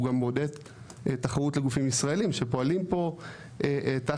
גם מעודד תחרות לגופים ישראלים שפועלים פה תחת,